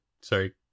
sorry